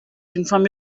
getting